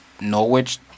Norwich